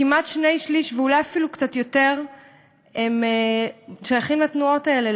כמעט שני-שלישים ואולי אפילו קצת יותר שייכים לתנועות האלה,